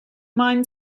mind